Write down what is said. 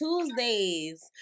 Tuesdays